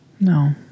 No